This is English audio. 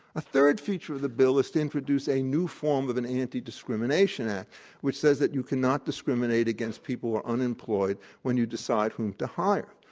a third feature of the bill is to introduce a new form of an anti-discrimination act which says that you cannot discriminate against people who are unemployed when you decide whom to hire.